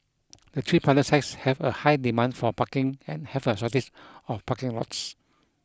the three pilot sites have a high demand for parking and have a shortage of parking lots